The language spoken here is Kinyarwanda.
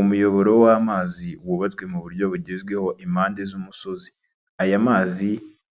Umuyoboro w'amazi wubatswe mu buryo bugezweho impande z'umusozi. Aya mazi,